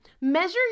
Measure